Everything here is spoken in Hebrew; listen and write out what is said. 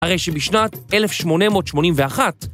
הרי שבשנת 1881